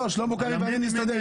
שלמה קרעי ואני נסתדר.